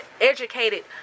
educated